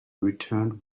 returned